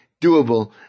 doable